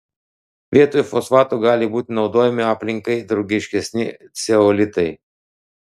vietoj fosfatų gali būti naudojami aplinkai draugiškesni ceolitai